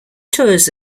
tours